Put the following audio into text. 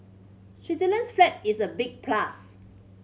Switzerland's flag is a big plus